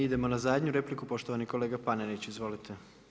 Idemo na zadnju repliku, poštovani kolega Panenić, izvolite.